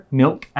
milk